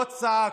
לא צעקנו,